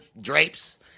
drapes